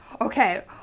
okay